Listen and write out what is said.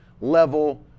level